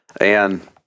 And-